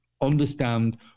understand